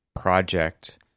project